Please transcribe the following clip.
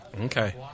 Okay